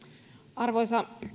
arvoisa